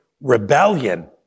rebellion